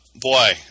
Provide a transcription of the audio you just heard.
boy